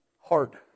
hard